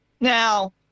Now